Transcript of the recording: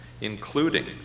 including